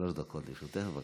שלוש דקות לרשותך, בבקשה.